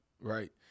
right